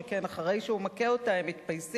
שכן אחרי שהוא מכה אותה הם מתפייסים,